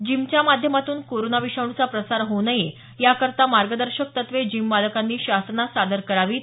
जिमच्या माध्यमातून कोरोना विषाणूचा प्रसार होऊ नये याकरिता मार्गदर्शक तत्वे जिम मालकांनी शासनास सादर करावीत